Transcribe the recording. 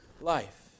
life